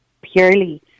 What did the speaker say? purely